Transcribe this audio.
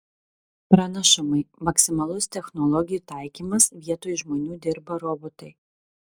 pranašumai maksimalus technologijų taikymas vietoj žmonių dirba robotai